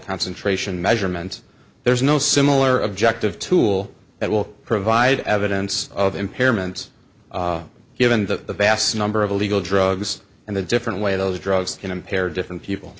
concentration measurement there is no similar objective tool that will provide evidence of impairment given the vast number of illegal drugs and the different way those drugs can impair different people